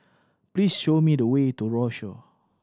please show me the way to Rochor